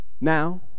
Now